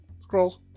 Scrolls